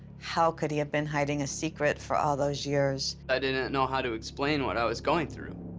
how could he have been hiding a secret for all those years? i didn't know how to explain what i was going through.